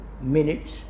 minutes